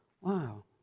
wow